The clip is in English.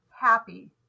happy